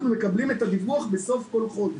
אנחנו מקבלים את הדיווח בסוף כל חודש.